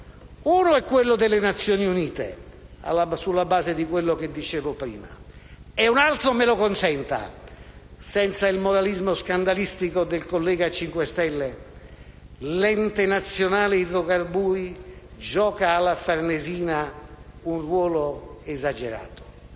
Uno è quello delle Nazioni Unite, sulla base di quanto dicevo prima, e l'altro - me lo consenta, senza il moralismo scandalistico del collega del Movimento 5 Stelle - è l'Ente nazionale idrocarburi, che alla Farnesina gioca un ruolo esagerato.